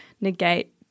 negate